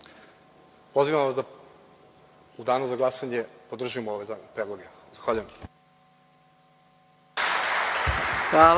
Srbiji. Pozivam vas da u danu za glasanje podržimo ove predloge. Zahvaljujem.